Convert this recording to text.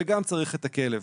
וגם צריך את הכלב.